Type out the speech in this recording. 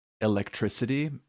electricity